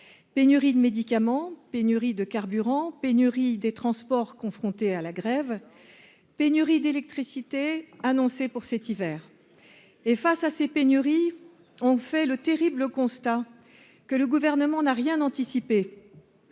pénurie de médicaments, pénurie de carburant pénurie des transports, confronté à la grève, pénurie d'électricité annoncée pour cet hiver et face à ces pénuries on fait le terrible constat que le gouvernement n'a rien anticipé,